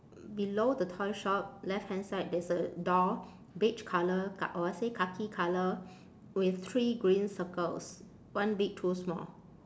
below the toy shop left hand side there's a door beige colour kha~ I would say khaki colour with three green circles one big two small